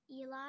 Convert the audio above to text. Eli